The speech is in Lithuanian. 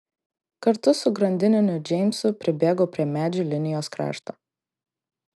kartu su grandiniu džeimsu pribėgau prie medžių linijos krašto